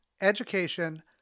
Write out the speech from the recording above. education